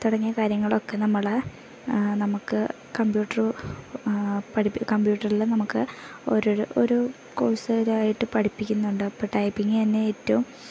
തുടങ്ങിയ കാര്യങ്ങളൊക്കെ നമ്മൾ നമുക്ക് കമ്പ്യൂട്ടറ് കമ്പ്യൂട്ടറിൽ നമുക്ക് ഓരോ ഓരോ ഓരോ കോഴ്സുകൾ ആയിട്ട് പഠിപ്പിക്കുന്നുണ്ട് ഇപ്പം ടൈപ്പിങ്ങ് തന്നെ ഏറ്റവും